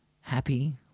happy